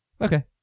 Okay